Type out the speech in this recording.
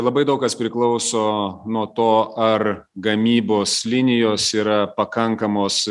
labai daug kas priklauso nuo to ar gamybos linijos yra pakankamos